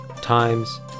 times